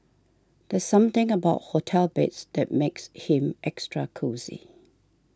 there's something about hotel beds that makes him extra cosy